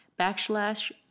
backslash